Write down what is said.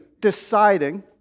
deciding